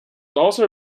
also